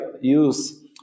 use